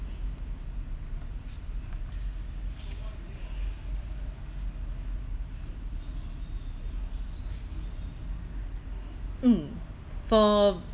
mm for